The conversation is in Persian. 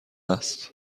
است